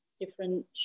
different